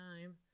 time